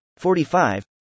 45